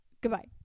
Goodbye